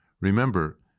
Remember